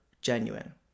genuine